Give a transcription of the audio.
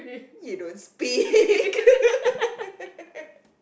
you don't speak